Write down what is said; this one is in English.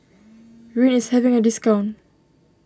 Rene is having a discount